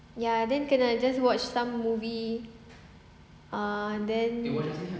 ya then kena watch some movies